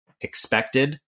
expected